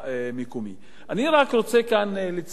אני רק רוצה לציין כאן, אדוני היושב-ראש,